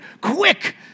quick